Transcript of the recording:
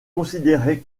considéré